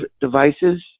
devices